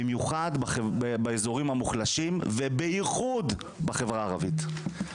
במיוחד באזורים המוחלשים ובייחוד בחברה הערבית,